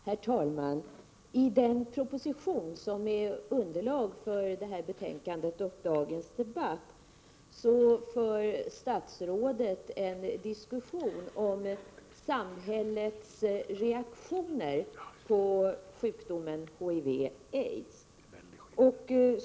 Herr talman! I den proposition som är underlag för betänkandet och dagens debatt för statsrådet en diskussion om samhällets reaktioner på sjukdomen aids.